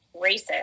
racist